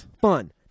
Fun